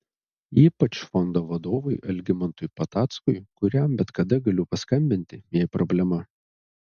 ypač fondo vadovui algimantui patackui kuriam bet kada galiu paskambinti jei problema